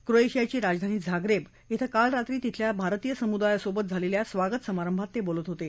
क्रोएशियाची राजधानी झागरेब ब्रुं काल रात्री तिथल्या भारतीय समुदायासोबत झालेल्या स्वागत समारंभात ते बोलत होते